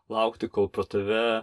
laukti kol pro tave